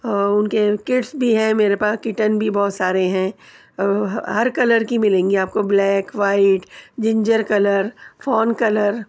ان کے کڈس بھی ہیں میرے پاس کٹن بھی بہت سارے ہیں ہر کلر کی ملیں گی آپ کو black white ginger colour fawn colour